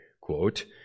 quote